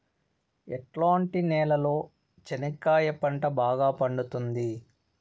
ఎట్లాంటి నేలలో చెనక్కాయ పంట బాగా పండుతుంది?